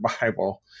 Bible